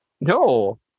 No